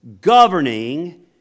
governing